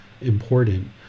important